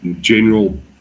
general